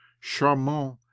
Charmant